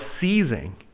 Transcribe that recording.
seizing